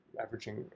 averaging